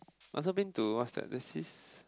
I also been to what's that there's this